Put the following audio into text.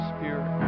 Spirit